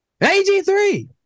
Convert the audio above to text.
AG3